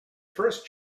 first